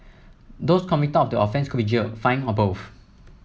those convicted of the offence could be jailed fined or both